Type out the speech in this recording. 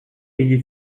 egli